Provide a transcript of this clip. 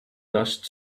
dust